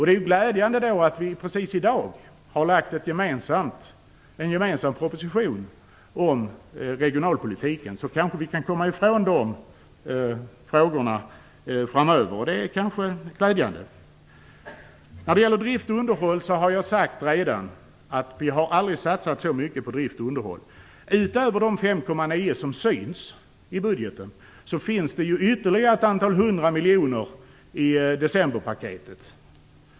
Då är det glädjande att vi precis i dag har lagt fram en gemensam proposition om regionalpolitiken. Då kanske vi kan komma ifrån de frågorna framöver. Det är glädjande. Jag har redan sagt att vi aldrig tidigare har satsat så mycket på drift och underhåll. Utöver de 5,9 miljarder som syns i budgeten finns det ytterligare ett antal hundra miljoner i decemberpaketet.